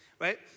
Right